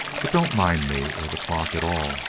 but don't mind me or the clock at all,